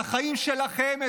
על החיים שלכם,